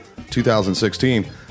2016